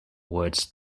words